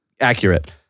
Accurate